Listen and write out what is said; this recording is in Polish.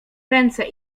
ręce